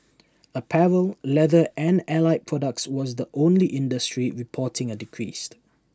apparel leather and allied products was the only industry reporting A decrease